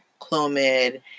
Clomid